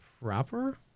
proper